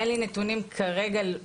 אין לי נתונים כרגע למסור.